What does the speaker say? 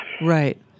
Right